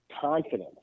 confidence